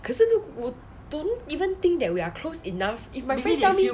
可是如果我 I don't even think that we are close enough if my friend tell me